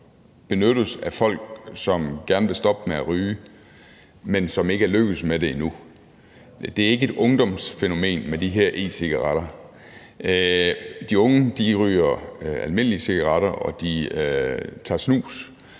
benyttes af folk, som gerne vil stoppe med at ryge, men som ikke er lykkedes med det endnu. Det er ikke et ungdomsfænomen med de her e-cigaretter. De unge ryger almindelige cigaretter, og de tager snus,